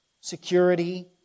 security